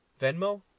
Venmo